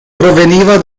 proveniva